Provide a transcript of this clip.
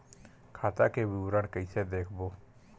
खाता के विवरण कइसे देखबो?